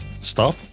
Stop